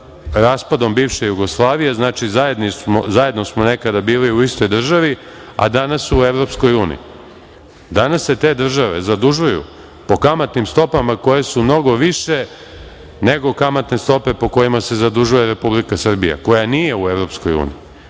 raspadom bivše Jugoslavije, znači, zajedno smo nekada bili u istoj državi, a danas su u Evropskoj uniji. Danas se te države zadužuju po kamatnim stopama koje su mnogo više nego kamatne stope po kojima se zadužuje Republika Srbija, koja nije u Evropskoj uniji.